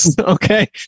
Okay